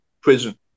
prison